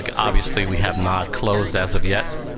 ah obviously, we have not closed as of yet,